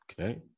okay